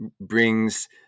brings